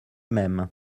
même